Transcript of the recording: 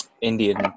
Indian